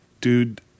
dude